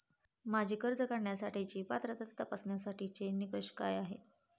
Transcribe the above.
माझी कर्ज काढण्यासाठी पात्रता तपासण्यासाठीचे निकष काय आहेत?